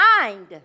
mind